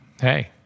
hey